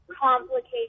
complicated